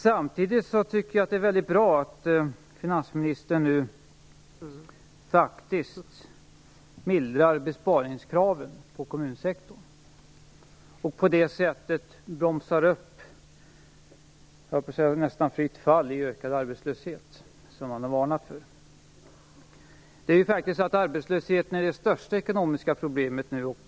Samtidigt vill jag säga att det är väldigt bra att finansministern nu faktiskt mildrar besparingskraven på kommunsektorn och på det sättet bromsar upp ett nästan fritt fall i ökad arbetslöshet, som han har varnat för. Arbetslösheten är faktiskt det största ekonomiska problemet nu.